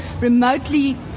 remotely